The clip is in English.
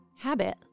habit